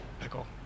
pickle